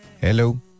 Hello